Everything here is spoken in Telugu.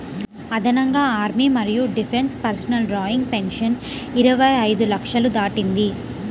అదనంగా ఆర్మీ మరియు డిఫెన్స్ పర్సనల్ డ్రాయింగ్ పెన్షన్ ఇరవై ఐదు లక్షలు దాటింది